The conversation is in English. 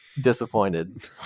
disappointed